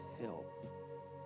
help